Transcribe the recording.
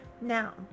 Now